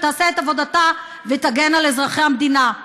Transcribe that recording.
תעשה את עבודתה ותגן על אזרחי המדינה,